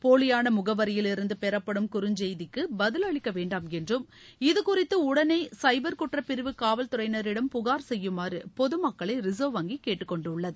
போலியான முகவரியிலிருந்து பெறப்படும் குறஞ்செய்திக்கு பதில் அளிக்க வேண்டாமென்றும் இதுகுறித்து உடனே சைபா்குற்றப் பிரிவு காவல் துறையினரிடம் புகாா் செய்யுமாறு பொதுமக்களை ரின்வ் வங்கி கேட்டுக்கொண்டுள்ளது